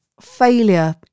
failure